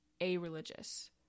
a-religious